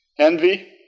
Envy